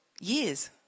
Years